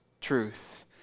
truth